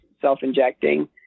self-injecting